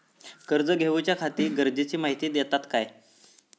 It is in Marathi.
कर्ज घेऊच्याखाती गरजेची माहिती दितात काय?